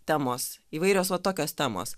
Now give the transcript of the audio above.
temos įvairios va tokios temos